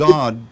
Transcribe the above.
God